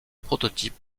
prototype